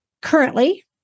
Currently